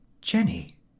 Jenny